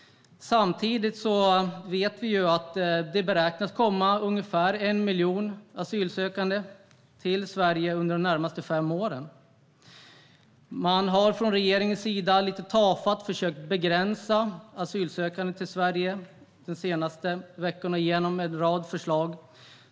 Samtidigt vet vi att det beräknas komma ungefär 1 miljon asylsökande till Sverige under de närmaste fem åren. Man har från regeringens sida lite tafatt försökt begränsa antalet asylsökande till Sverige de senaste veckorna genom en rad förslag.